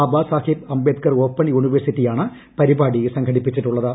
Babasaheb Ambedkar open യൂണിവേഴ്സിറ്റിയാണ് പരിപാടി സംഘടിപ്പിച്ചിട്ടുള്ളത്